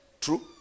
True